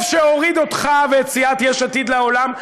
טוב שהוריד אותך ואת סיעת יש עתיד לעולם,